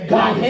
God